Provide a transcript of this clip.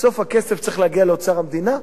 בסוף, הכסף צריך להגיע לאוצר המדינה.